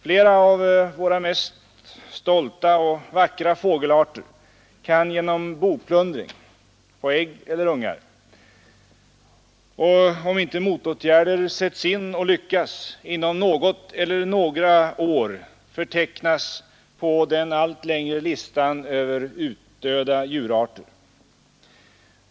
Flera av våra mest stolta och vackra fågelarter kan genom boplundring — på ägg eller ungar och om inte motåtgärder sätts in och lyckas inom något eller några år förtecknas på den allt längre listan över utdöda djurarter.